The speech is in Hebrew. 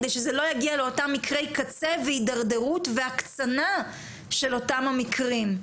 כדי שזה לא יגיע לאותם מקרי קצה והתדרדרות והקצנה של אותם המקרים,